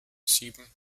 sieben